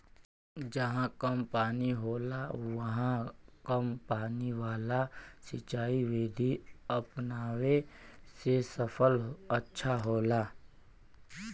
जहां कम पानी होला उहाँ कम पानी वाला सिंचाई विधि अपनावे से फसल अच्छा होला